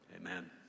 Amen